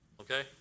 okay